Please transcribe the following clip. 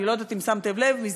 אני לא יודעת אם שמתם לב,